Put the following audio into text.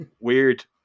weird